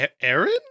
Aaron